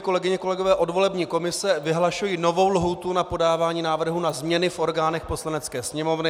Kolegyně, kolegové, od volební komise vyhlašuji novou lhůtu na podávání návrhů na změny v orgánech Poslanecké sněmovny.